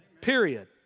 period